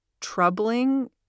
troubling